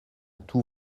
tous